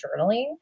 journaling